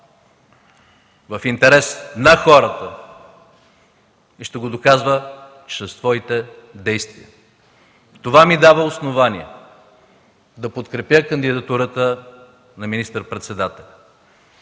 в интерес на хората и ще го доказва чрез своите действия. Това ми дава основание да подкрепя кандидатурата на министър-председателя.